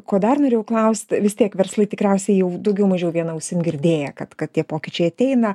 ko dar norėjau klausti vis tiek verslui tikriausiai jau daugiau mažiau viena ausim girdėję kad kad tie pokyčiai ateina